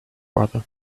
brother